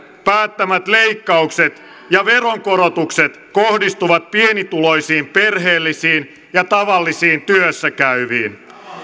päättämät leikkaukset ja veronkorotukset kohdistuvat pienituloisiin perheellisiin ja tavallisiin työssä käyviin